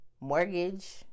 mortgage